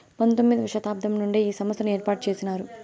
పంతొమ్మిది వ శతాబ్దం నుండే ఈ సంస్థను ఏర్పాటు చేసినారు